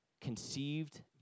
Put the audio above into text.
conceived